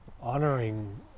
honoring